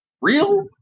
real